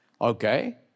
Okay